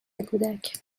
کودک